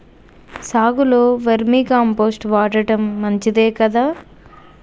సాగులో vermicompost వాడటం మంచిదే కదా?